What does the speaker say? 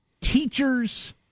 teachers